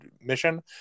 mission